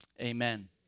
amen